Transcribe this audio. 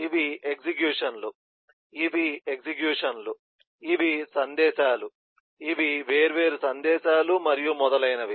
ఇవి ఎగ్జిక్యూషన్ లు ఇవి వేరే ఎగ్జిక్యూషన్ లు ఇవి సందేశాలు ఇవి వేర్వేరు సందేశాలు మరియు మొదలైనవి